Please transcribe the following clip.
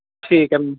ਠੀਕ ਹੈ